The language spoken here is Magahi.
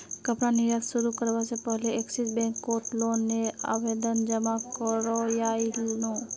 कपड़ा निर्यात शुरू करवा से पहले एक्सिस बैंक कोत लोन नेर आवेदन जमा कोरयांईल नू